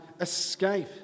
escape